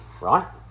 right